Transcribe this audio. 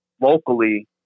locally